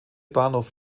bahnhof